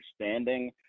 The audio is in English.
understanding